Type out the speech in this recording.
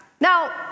Now